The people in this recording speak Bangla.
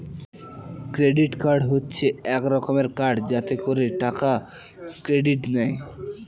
ক্রেডিট কার্ড হচ্ছে এক রকমের কার্ড যাতে করে টাকা ক্রেডিট নেয়